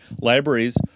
libraries